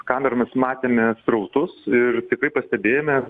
kameromis matėme srautus ir tikrai pastebėjome